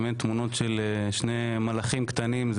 באמת תמונות של שני מלאכים קטנים,